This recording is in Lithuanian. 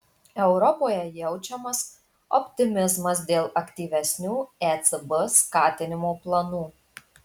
europoje jaučiamas optimizmas dėl aktyvesnių ecb skatinimo planų